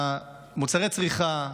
מוצרי הצריכה,